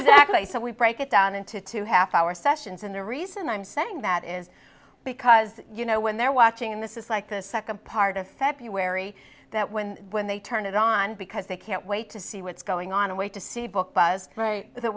exactly so we break it down into two half hour sessions and the reason i'm saying that is because you know when they're watching and this is like the second part of february that when when they turn it on because they can't wait to see what's going on away to see book buzz